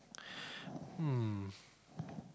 hmm